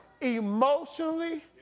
emotionally